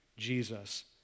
Jesus